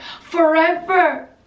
Forever